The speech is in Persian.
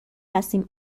هستیم